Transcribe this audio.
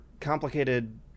complicated